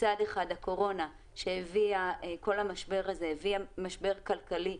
מצד אחד הקורונה שהביאה משבר כלכלי,